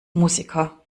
musiker